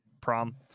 prom